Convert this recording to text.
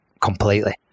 completely